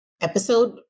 Episode